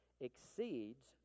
exceeds